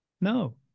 no